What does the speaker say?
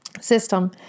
system